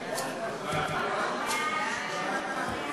סעיף 1 נתקבל.